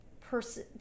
person